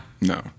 No